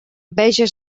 veges